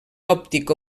òptic